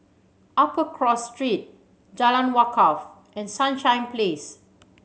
Upper Cross Street Jalan Wakaff and Sunshine Place